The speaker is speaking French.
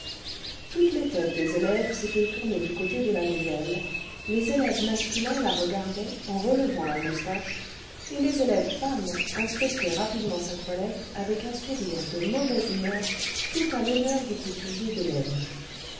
toutes les têtes des élèves s'étaient tournées du côté de la nouvelle les élèves masculins la regardaient en relevant leurs moustaches et les élèves femmes inspectaient rapidement sa toilette avec un sourire de mauvaise humeur tout à l'honneur du couturier d'hélène